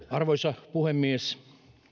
arvoisa puhemies